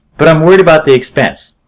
but i'm worried about the expense.